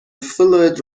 fluid